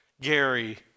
Gary